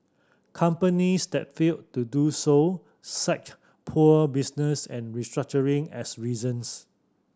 companies that failed to do so cited poor business and restructuring as reasons